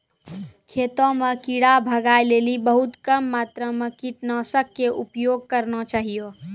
खेतों म कीड़ा भगाय लेली बहुत कम मात्रा मॅ कीटनाशक के उपयोग करना चाहियो